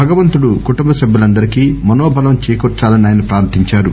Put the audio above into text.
భగవంతుడు కుటుంబ సభ్యులందరికీ మనోభలం చేకూర్చాలని ఆయన ప్రార్థించారు